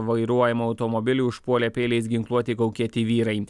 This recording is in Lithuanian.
vairuojamą automobilį užpuolė peiliais ginkluoti kaukėti vyrai